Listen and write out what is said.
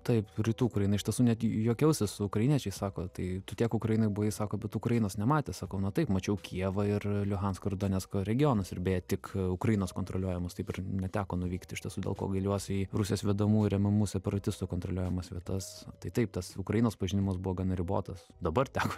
taip rytų ukraina iš tiesų net juokiausi su ukrainiečiai sako tai tu tiek ukrainoj buvai sako bet tu ukrainos nematęs sakau na taip mačiau kijevą ir liuhansko ir donecko regionus ir beje tik ukrainos kontroliuojamus taip ir neteko nuvykt iš tiesų dėl ko gailiuosi į rusijos vedamų ir remiamų separatistų kontroliuojamas vietas tai taip tas ukrainos pažinimas buvo gana ribotas dabar teko